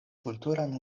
kulturan